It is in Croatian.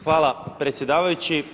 Hvala predsjedavajući.